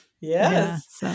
Yes